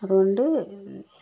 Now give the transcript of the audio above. അതുകൊണ്ട്